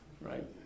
right